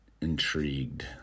intrigued